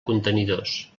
contenidors